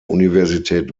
universität